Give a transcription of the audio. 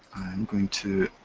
i'm going to